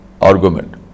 argument